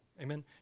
Amen